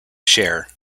share